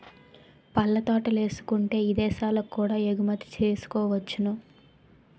పళ్ళ తోటలేసుకుంటే ఇదేశాలకు కూడా ఎగుమతి సేసుకోవచ్చును